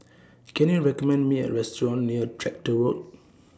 Can YOU recommend Me A Restaurant near Tractor Road